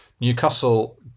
Newcastle